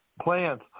plans